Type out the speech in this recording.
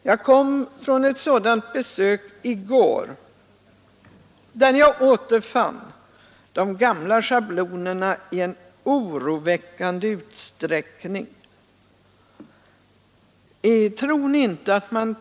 Jag gjorde ett sådant besök i går och återfann på utställningen i oroväckande utsträckning de gamla schablonerna.